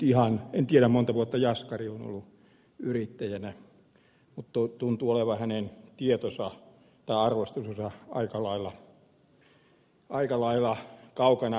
en tiedä montako vuotta jaskari on ollut yrittäjänä mutta tuntuu hänen tietonsa tai arvostelunsa olevan ehkä aika lailla kaukana totuudesta